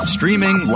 Streaming